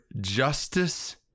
justice